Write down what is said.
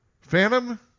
Phantom